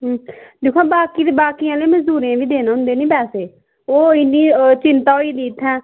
दिक्खो हां बाकी बाकी आह्ले मजदूरें ई बी देने होंदे निं पैहे ओह् इन्नी चिंता होई दी इत्थैं